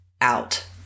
out